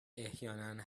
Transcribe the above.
احیانا